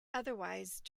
otherwise